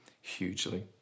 hugely